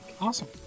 Awesome